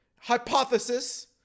Hypothesis